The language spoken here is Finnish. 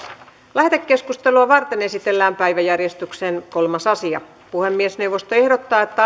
lähetekeskustelua varten esitellään päiväjärjestyksen kolmas asia puhemiesneuvosto ehdottaa että